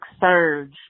surge